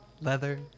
Leather